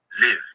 live